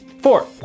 Four